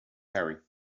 harry